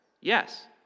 Yes